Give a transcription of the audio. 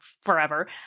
forever